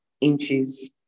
inches